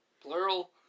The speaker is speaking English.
Plural